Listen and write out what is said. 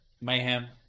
Mayhem